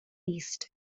east